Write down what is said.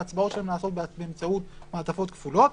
ההצבעות שלהם נעשות באמצעות מעטפות כפולות,